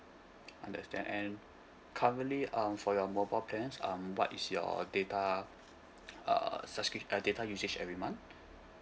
understand and currently um for your mobile plans um what is your data uh subscript uh data usage every month